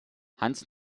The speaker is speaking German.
hans